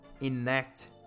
enact